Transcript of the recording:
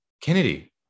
Kennedy